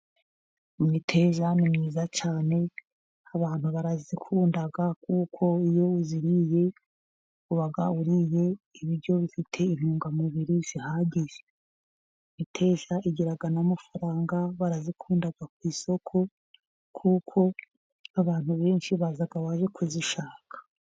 Imiteja ni myiza cyane abantu barayikunda, kuko iyo uyiriye uba uriye ibiryo bifite intungamubiri zihagije, imiteja igira n'amafaranga barayikunda ku isoko, kuko abantu benshi baza bari kuzishaka.